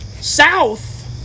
south